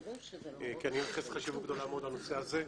כי אני מייחס חשיבות גדולה מאוד לנושא הזה.